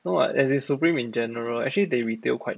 no [what] as in supreme in general actually they retail quite